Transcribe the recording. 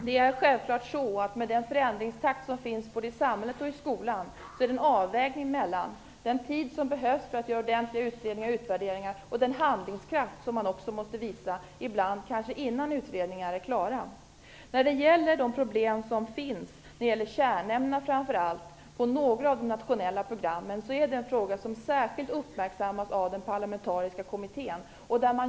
Herr talman! Med den förändringstakt som finns både i samhället och i skolan är det självklart fråga om en avvägning mellan den tid som behövs för att göra ordentliga utredningar och utvärderingar och den handlingskraft som måste visas, ibland innan utredningar är klara. De problem som finns, framför allt när det gäller kärnämnena inom några av de nationella programmen, är en fråga som särskilt uppmärksammas av den parlamentariska kommittén.